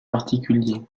particulier